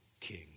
king